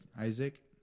Isaac